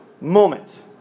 moment